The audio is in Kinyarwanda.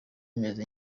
bimeze